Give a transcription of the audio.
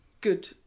good